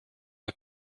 der